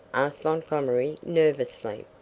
asked montgomery, nervously.